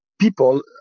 people